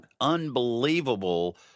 Unbelievable